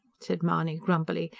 said mahony grumpily,